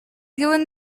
given